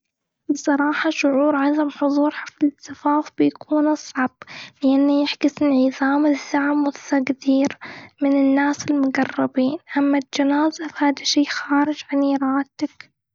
بصراحه، شعور عدم حضور حفلة زفاف بيكون أصعب. لإن الإنسان بحاجة الدعم والتقدير من الناس المقربين. أما الجنازة فهدا شئ خارج عن إرادتك.